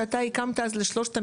שאתה הקמת אז לשלושת המשרדים.